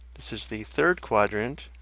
this is the third quadrant